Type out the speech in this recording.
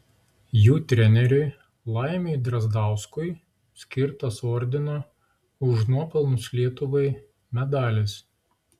jų treneriui laimiui drazdauskui skirtas ordino už nuopelnus lietuvai medalis